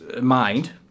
mind